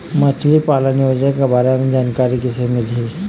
मछली पालन योजना के बारे म जानकारी किसे मिलही?